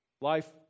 Life